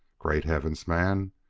great heavens, man!